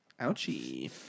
Ouchie